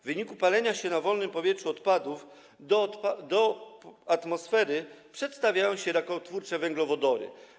W wyniku palenia się na wolnym powietrzu odpadów do atmosfery przedostają się rakotwórcze węglowodory.